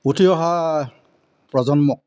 উঠি অহা প্ৰজন্মক